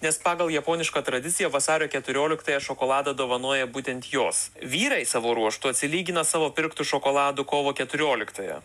nes pagal japonišką tradiciją vasario keturioliktąją šokoladą dovanoja būtent jos vyrai savo ruožtu atsilygina savo pirktu šokoladu kovo keturioliktąją